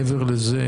מעבר לזה